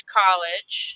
college